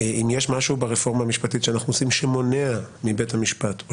אם יש משהו ברפורמה המשפטית שאנחנו עושים שמונע מבית המשפט או